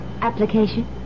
Application